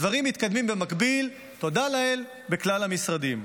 הדברים מתקדמים במקביל, תודה לאל, בכלל המשרדים.